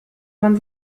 man